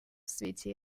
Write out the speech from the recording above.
свете